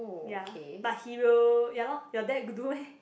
ya but he will ya lor your dad got do meh